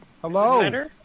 Hello